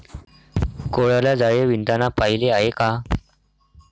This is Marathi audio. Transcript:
कोळ्याला जाळे विणताना पाहिले आहे का?